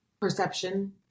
perception